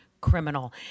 criminal